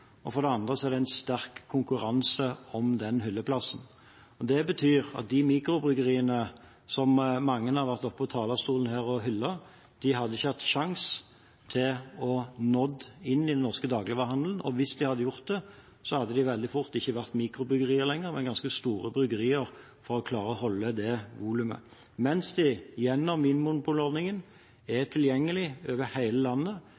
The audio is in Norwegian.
det er en sterk konkurranse om den hylleplassen. Det betyr at de mikrobryggeriene som mange har vært oppe på talerstolen her og hyllet, ikke hadde hatt en sjanse til å nå inn i den norske dagligvarehandelen. Og hvis de hadde gjort det, hadde de veldig fort ikke vært mikrobryggerier lenger, men ganske store bryggerier, for å klare å holde det volumet – mens de gjennom vinmonopolordningen er tilgjengelige over hele landet,